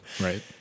Right